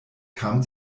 kam